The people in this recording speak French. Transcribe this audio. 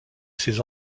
ses